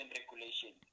regulation